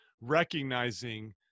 recognizing